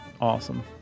awesome